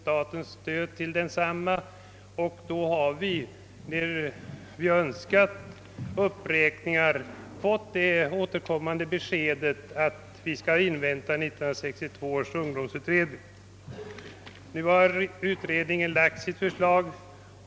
När vi framfört önskemål om uppräkningar av anslagsmedlen har vi fått det återkommande beskedet att 1962 års ungdomsutredning först skall inväntas. Denna utredning har nu framlagt sitt förslag.